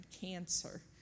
cancer